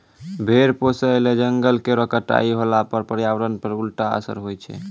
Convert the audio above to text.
भेड़ पोसय ल जंगल केरो कटाई होला पर पर्यावरण पर उल्टा असर होय छै